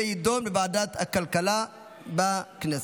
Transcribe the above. זה יידון בוועדת הכלכלה בכנסת.